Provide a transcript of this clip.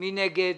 מי נגד?